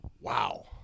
wow